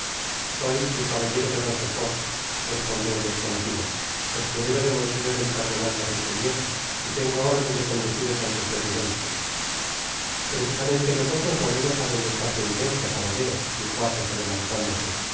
soy el caballero de rochefort respondió el desconocido escudero de monseñor el cardenal de richelieu y tengo órden de conduciros ante su eminencia content from google book search generated at precisamente nosotros volvemos á donde está su eminencia caballero dijo athos adelantándose